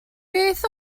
beth